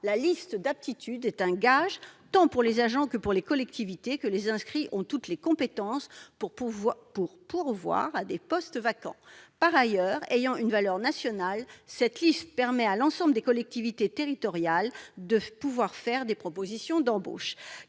la liste d'aptitude est un gage, tant pour les agents que pour les collectivités, que les inscrits ont toutes les compétences pour pourvoir à des postes vacants. Par ailleurs, ayant une valeur nationale, cette liste permet à l'ensemble des collectivités territoriales de faire des propositions d'embauche.